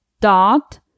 dot